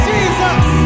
Jesus